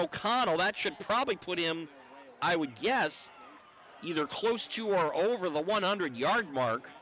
o'connell that should probably put him i would guess either close to over the one hundred yard mark